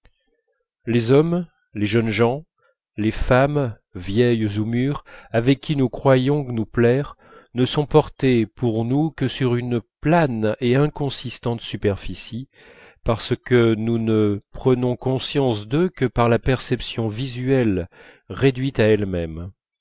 les hommes les jeunes gens les femmes vieilles ou mûres avec qui nous croyons nous plaire ne sont portés pour nous que sur une plane et inconsistante superficie parce que nous ne prenons conscience d'eux que par la perception visuelle réduite à elle-même